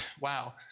wow